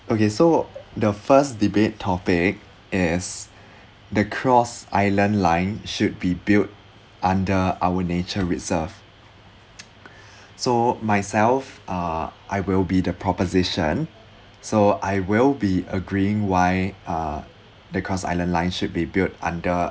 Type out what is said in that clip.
okay so the first debate topic is the cross island line should be built under our nature reserve so myself uh I will be the proposition so I will be agreeing why uh the cross island line should be built under